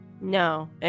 No